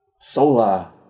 Sola